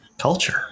culture